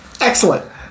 Excellent